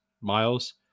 Miles